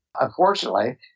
unfortunately